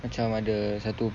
macam ada satu